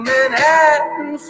Manhattan